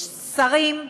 יש שרים,